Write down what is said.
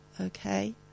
Okay